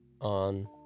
On